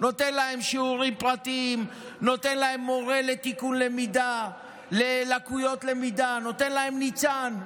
שיעורים פרטיים, מורה ללקויות למידה, ניצן.